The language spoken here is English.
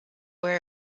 where